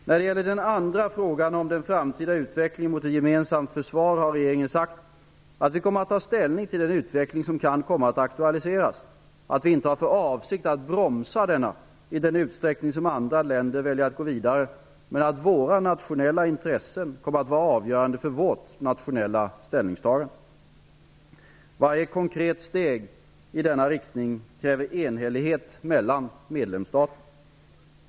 När det gäller den andra frågan om den framtida utvecklingen mot ett gemensamt försvar har regeringen sagt att vi kommer att ta ställning till den utveckling som kan komma att aktualiseras, att vi inte har för avsikt att bromsa denna i den utsträckning som andra länder väljer att gå vidare, men att våra nationella intressen kommer att vara avgörande för vårt nationella ställningstagande. Varje konkret steg i denna riktning kräver enhällighet mellan medlemsstaterna.